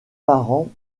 parents